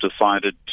decided